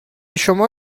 شما